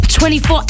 24